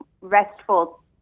restful